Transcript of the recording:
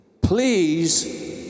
Please